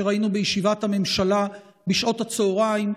שראינו בישיבת הממשלה בשעות הצוהריים,